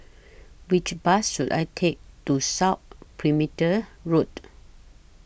Which Bus should I Take to South Perimeter Road